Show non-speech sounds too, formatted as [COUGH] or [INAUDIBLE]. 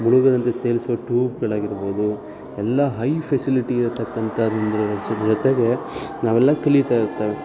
ಮುುಳಗದಂತೆ ತೇಲಿಸುವ ಟ್ಯೂಬ್ಗಳಾಗಿರ್ಬೋದು ಎಲ್ಲ ಹೈ ಫೆಸಿಲಿಟಿ ಇರತಕ್ಕಂಥ [UNINTELLIGIBLE] ಜೊತೆಗೆ ನಾವೆಲ್ಲ ಕಲಿತಾ ಇರ್ತೇವೆ